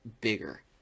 bigger